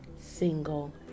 single